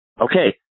Okay